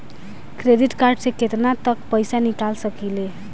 Credit card से केतना तक पइसा निकाल सकिले?